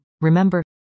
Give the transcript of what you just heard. Remember